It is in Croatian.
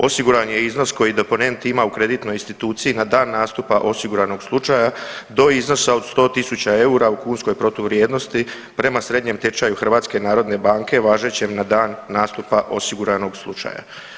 Osiguran je iznos koji deponent ima u kreditnoj instituciji na dan nastupa osiguranog slučaja do iznosa od 100.000 eura u kunskoj protuvrijednosti prema srednjem tečaju HNB-a važećem na dan nastupa osiguranog slučaja.